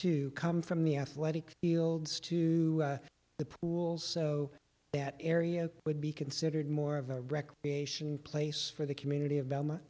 to come from the athletic fields to the pools so that area would be considered more of a recreation place for the community of velm